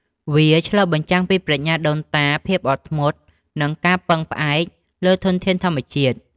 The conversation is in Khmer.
វាឆ្លុះបញ្ចាំងពីប្រាជ្ញាដូនតា ភាពអត់ធ្មត់ និងការពឹងផ្អែកលើធនធានធម្មជាតិ។